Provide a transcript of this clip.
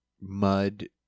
mud